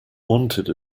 wanted